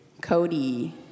Cody